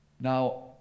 Now